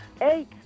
Eight